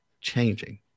changing